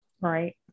Right